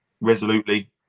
resolutely